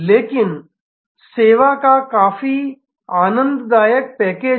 लेकिन सेवा का काफी आनंददायक पैकेज हैं